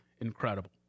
incredible